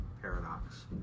Paradox